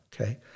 Okay